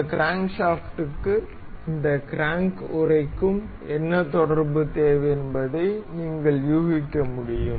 இந்த கிரான்க்ஷாஃப்டுக்கு இந்த க்ராங்க் உறைக்கும் என்ன தொடர்பு தேவை என்பதை நீங்கள் யூகிக்க முடியும்